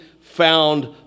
found